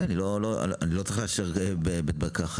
אני אומר שאני לא צריך לאשר תקנון של בית מרקחת.